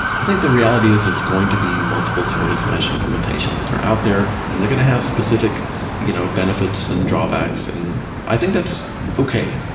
i think the reality is there's going to be multiple service mesh implementations that are out there and they're going to have specific you know benefits and drawbacks. and i think that's okay.